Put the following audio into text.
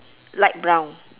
light brown